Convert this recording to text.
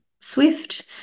swift